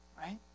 right